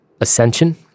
ascension